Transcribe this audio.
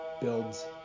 builds